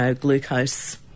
glucose